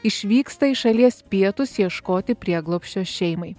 išvyksta į šalies pietus ieškoti prieglobsčio šeimai